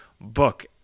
book